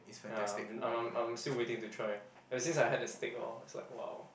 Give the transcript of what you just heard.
ya I'm I'm I'm still waiting to try ever since I had the steak lor it's like !wow!